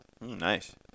Nice